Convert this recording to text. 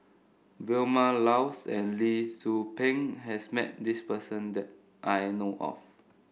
Vilma Laus and Lee Tzu Pheng has met this person that I know of